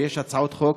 ויש הצעות חוק,